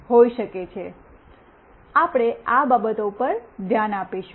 હોઈ શકે છે આપણે આ બાબતો પર ધ્યાન આપીશું